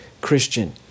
Christian